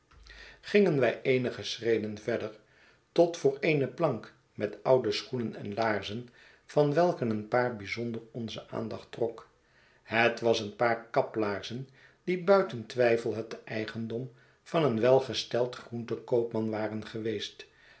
gingen wij eenige schreden verder tot voor eene plank met oude schoenen en laarzen van welke een paar bijzondcr onze aandacht trok het was een paar kaplaarzen die buiten twijfei het eigendom van een welgesteld groentenkoopman waren geweest